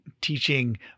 teaching